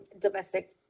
domestic